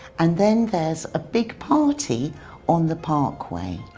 and then there's a big party on the parkway.